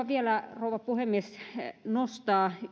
vielä rouva puhemies nostaa